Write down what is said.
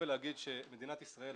להגיד שמדינת ישראל,